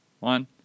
One